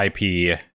IP